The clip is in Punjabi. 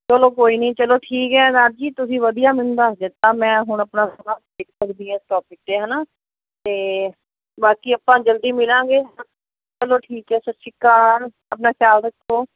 ਚਲੋ ਕੋਈ ਨਹੀਂ ਚਲੋ ਠੀਕ ਹੈ ਦਾਰ ਜੀ ਤੁਸੀਂ ਵਧੀਆ ਮੈਨੂੰ ਦੱਸ ਦਿੱਤਾ ਮੈਂ ਹੁਣ ਆਪਣਾ ਸਾਰਾ ਲਿਖ ਸਕਦੀ ਹੈ ਟੋਪਿਕ 'ਤੇ ਹੈਨਾ ਅਤੇ ਬਾਕੀ ਆਪਾਂ ਜਲਦੀ ਮਿਲਾਂਗੇ ਚਲੋ ਠੀਕ ਹੈ ਸਤਿ ਸ਼੍ਰੀ ਅਕਾਲ ਆਪਣਾ ਖਿਆਲ ਰੱਖੋ